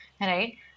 right